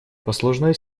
послужной